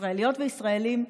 ישראליות וישראלים,